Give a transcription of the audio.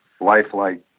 lifelike